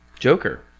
Joker